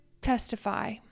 testify